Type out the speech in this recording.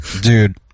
dude